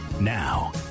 now